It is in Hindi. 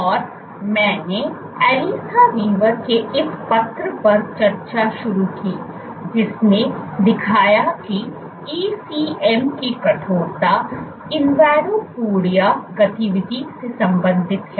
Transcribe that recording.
और मैंने एलिसा वीवर के इस पत्र पर चर्चा शुरू की जिसने दिखाया कि ECM की कठोरता इनवेडोपोडिया गतिविधि से संबंधित है